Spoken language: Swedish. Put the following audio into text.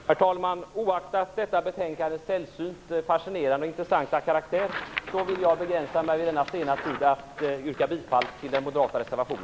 Herr talman! Oaktat detta betänkandes sällsynt fascinerande och intressanta karaktär vill jag i denna sena tid begränsa mig till att yrka bifall till moderaternas reservation.